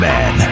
Man